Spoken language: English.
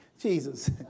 Jesus